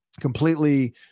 Completely